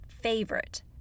favorite